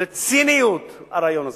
זה ציניות, הרעיון הזה,